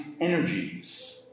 energies